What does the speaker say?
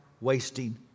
wasting